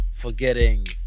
Forgetting